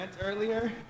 earlier